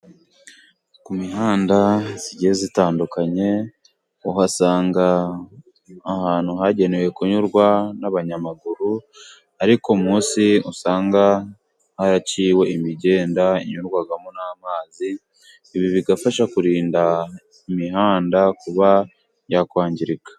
Ku mihanda igiye itandukanye, uhasanga ahantu hagenewe kunyurwa n'abanyamaguru, ariko munsi usanga haraciwe imigenda inyurwamo n'amazi, ibi bigafasha kurinda imihanda kuba yakwangirika.